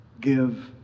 give